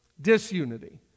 Disunity